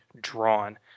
drawn